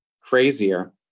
crazier